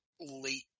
late